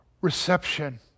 reception